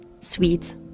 sweet